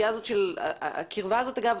אגב,